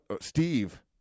Steve –